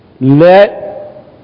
Let